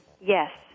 Yes